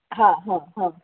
हां हां हां